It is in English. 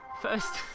First